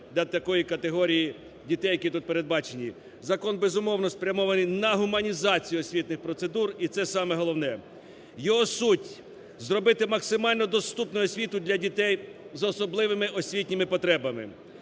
для такої категорії дітей, які тут передбачені. Закон, безумовно, спрямований на гуманізацію освітніх процедур і це саме головне. Його суть зробити максимально доступною освіту для дітей з особливими освітніми потребами.